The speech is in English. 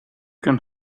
can